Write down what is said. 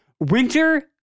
winter